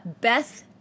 Beth